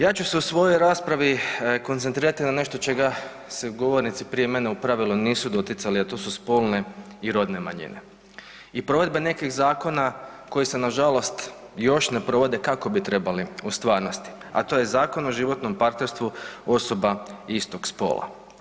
Ja ću se u svojoj raspravi koncentrirati na nešto čega se govornici prije mene u pravilu nisu doticali, a to su spone i rodne manjine i provedbe nekih zakona koji se nažalost još ne provode kako bi trebali u stvarnosti, a to je Zakon o životnom partnerstvu osoba istog spola.